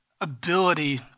ability